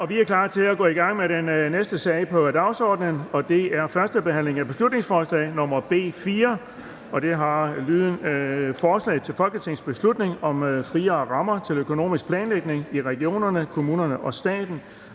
Der går et øjeblik. --- Det næste punkt på dagsordenen er: 2) 1. behandling af beslutningsforslag nr. B 4: Forslag til folketingsbeslutning om friere rammer til økonomisk planlægning i regionerne, kommunerne og staten.